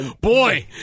boy